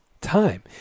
time